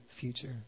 future